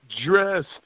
dressed